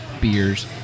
beers